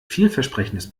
vielversprechendes